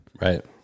right